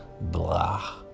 blah